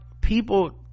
people